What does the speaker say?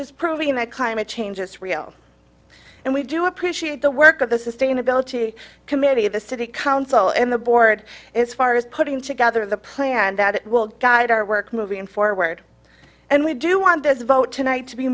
is proving that climate change is real and we do appreciate the work of the sustainability committee of the city council in the board is far is putting together the plan that will guide our work moving forward and we do want this vote tonight to be